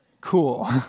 Cool